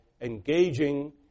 engaging